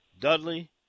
Dudley